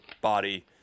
body